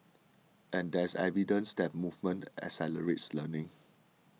and there's evidence that movement accelerates learning